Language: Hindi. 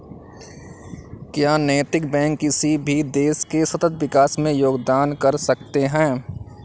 क्या नैतिक बैंक किसी भी देश के सतत विकास में योगदान कर सकते हैं?